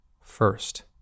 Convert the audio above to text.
first